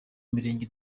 mirenge